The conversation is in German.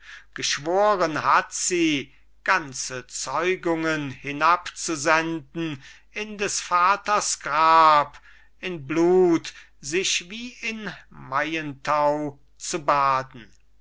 geschworen hat sie ganze zeugungen hinabzusenden in des vaters grab in blut sich wie in maientau zu baden